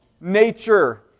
nature